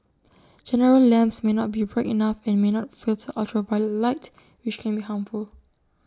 general lamps may not be bright enough and may not filter ultraviolet light which can be harmful